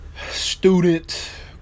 student